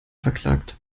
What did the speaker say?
verklagt